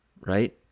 right